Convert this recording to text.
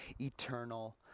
eternal